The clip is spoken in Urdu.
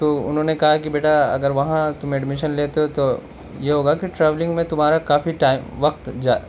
تو انہوں نے کہا کہ بیٹا اگر وہاں تم ایڈمیشن لیتے ہو تو یہ ہوگا کہ ٹریولنگ میں تمہارا کافی ٹائم وقت جا